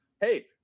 hey